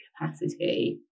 capacity